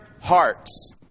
hearts